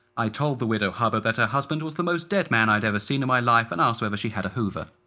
i told the widow hubbard that her husband was the most dead man i'd ever seen in my life and asked whether she had a hoover.